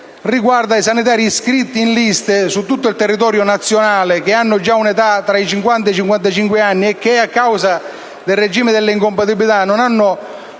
riguarda i sanitari iscritti nelle liste su tutto il territorio nazionale che hanno un'età media tra i 50 e 55 anni e che, a causa del regime delle incompatibilità, non hanno